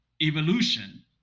evolution